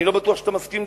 אני לא בטוח שאתה מסכים,